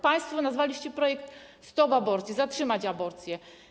Państwo nazwaliście projekt „Stop aborcji”, „Zatrzymaj aborcję”